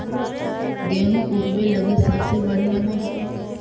गेहूँ ऊगवे लगी सबसे बढ़िया मौसम?